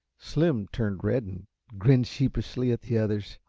slim turned red and grinned sheepishly at the others.